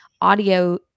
audio